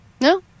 No